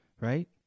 Right